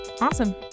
Awesome